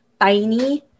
tiny